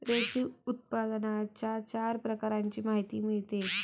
रेशीम उत्पादनाच्या चार प्रकारांची माहिती मिळते